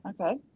Okay